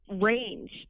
range